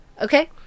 okay